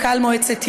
מנכ"ל מועצת יש"ע,